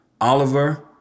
Oliver